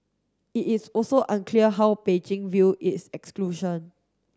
it is also unclear how Beijing view its exclusion